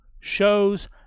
Shows